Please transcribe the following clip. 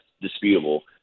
disputable